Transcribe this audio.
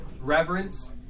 reverence